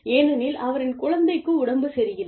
ஏனெனில் அவரின் குழந்தைக்கு உடம்பு சரியில்லை